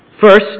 First